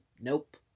nope